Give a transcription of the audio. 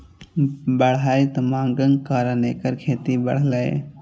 बढ़ैत मांगक कारण एकर खेती बढ़लैए